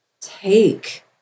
take